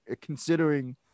considering